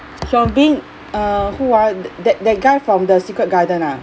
hyun bin uh who ah th~ that that guy from the secret garden ah